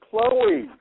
Chloe